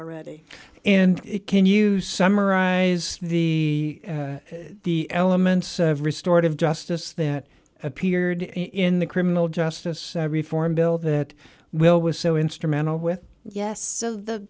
already and can you summarize the the elements of restored of justice that appeared in the criminal justice reform bill that will was so instrumental with yes so the